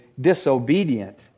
disobedient